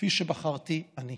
כפי שבחרתי אני.